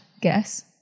guess